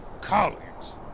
Colleagues